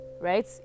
right